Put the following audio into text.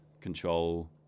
control